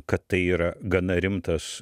kad tai yra gana rimtas